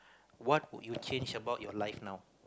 what would you change about your life now